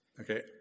okay